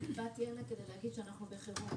באתי הנה כדי להגיד שאנחנו בחירום,